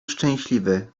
szczęśliwy